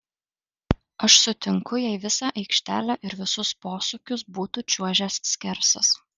aš sutinku jei visą aikštelę ir visus posūkius būtų čiuožęs skersas